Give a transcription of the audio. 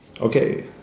Okay